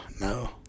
no